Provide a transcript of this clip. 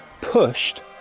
pushed